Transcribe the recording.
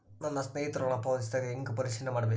ನನ್ನ ಸ್ನೇಹಿತರು ಹಣ ಪಾವತಿಸಿದಾಗ ಹೆಂಗ ಪರಿಶೇಲನೆ ಮಾಡಬೇಕು?